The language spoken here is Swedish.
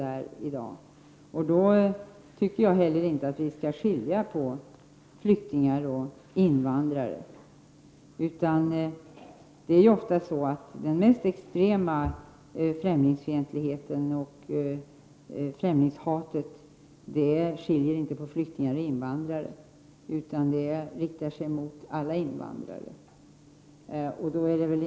Jag tycker däremot inte att vi skall göra någon skarp åtskillnad mellan flyktingar och invandrare. I de mest extrema uttrycken för främlingsfientlighet och främlingshat skiljer man ofta inte på flyktingar och invandrare utan riktar sig mot båda kategorierna.